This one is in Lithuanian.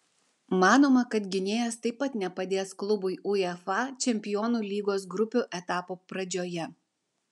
manoma kad gynėjas taip pat nepadės klubui uefa čempionų lygos grupių etapo pradžioje